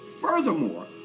Furthermore